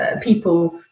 people